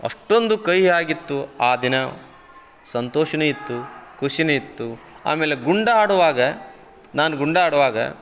ಅಷ್ಟೊಂದು ಕಹಿ ಆಗಿತ್ತು ಆ ದಿನ ಸಂತೋಷನೂ ಇತ್ತು ಖುಷಿನೂ ಇತ್ತು ಆಮೇಲೆ ಗುಂಡಾಡುವಾಗ ನಾನು ಗುಂಡಾಡುವಾಗ